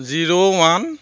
zero one